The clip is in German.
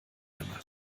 einmal